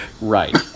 Right